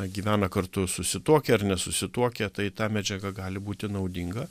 gyvena kartu susituokę ar nesusituokę tai ta medžiaga gali būti naudinga